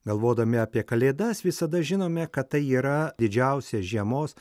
galvodami apie kalėdas visada žinome kad tai yra didžiausia žiemos